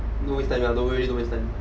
no it's like ya really don't waste time